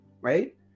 right